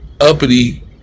uppity